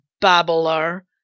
babbler